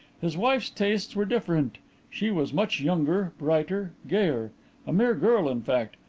his wife's tastes were different she was much younger, brighter, gayer a mere girl in fact,